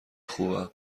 خوبم